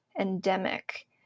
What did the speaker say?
endemic